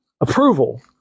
approval